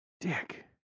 Dick